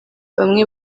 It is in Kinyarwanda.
bamwe